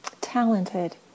talented